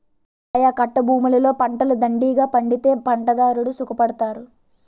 ఆయకట్టభూములలో పంటలు దండిగా పండితే పంటదారుడు సుఖపడతారు